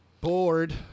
bored